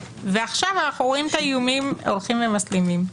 ועכשיו אנחנו רואים את האיומים הולכים ומסלימים.